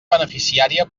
beneficiària